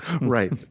Right